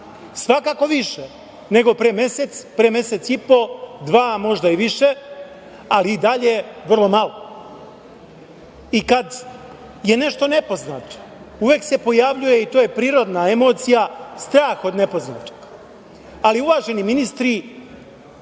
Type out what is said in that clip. svakako više nego pre mesec, pre mesec i po, dva, možda i više, ali i dalje vrlo malo. Kad je nešto nepoznato, uvek se pojavljuje, i to je prirodna emocija, strah od nepoznatog. Ali, uvaženi ministri,